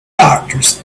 doctors